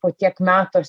po tiek metų aš